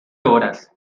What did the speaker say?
horas